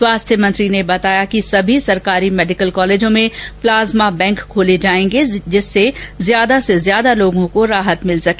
स्वास्थ्य मंत्री ने बताया कि सभी राजकीय मेडिकल कॉलेजों में प्लाज्मा बैंक खोले जाएंगे जिससे ज्यादा से ज्यादा लोगों को राहत मिल सके